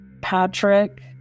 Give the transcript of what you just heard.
Patrick